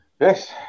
Yes